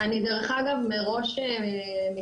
דרך אגב אני מראש מתנצלת,